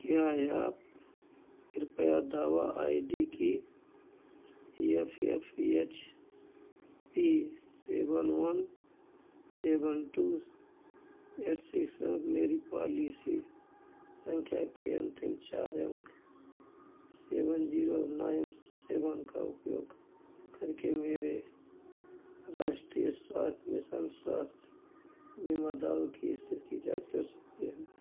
क्या आप कृपया दावा I D Y F F H P seven one seven two eight six और मेरी पॉलिसी संख्या के अंतिम चार अंक सेवन जीरो नाइन सेवन का उपयोग करके मेरे राष्ट्रीय स्वास्थ्य मिशन स्वास्थ्य बीमा दावे की स्थिति की जाँच कर सकते हैं